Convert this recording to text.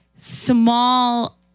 small